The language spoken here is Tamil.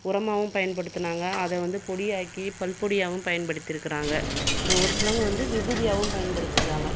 உரமாகவும் பயன்படுத்தினாங்க அதை வந்து பொடியாக்கி பல்பொடியாகவும் பயன்படுத்திருக்கிறாங்க இன்னும் ஒரு சிலவங்க வந்து விபூதியாகவும் பயன்படுத்துகிறாங்க